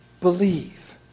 believe